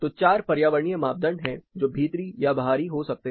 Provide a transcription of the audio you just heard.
तो चार पर्यावरणीय मापदंड है जो भीतरी या बाहरी हो सकते हैं